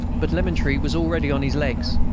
but lemaitre was already on his legs,